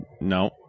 No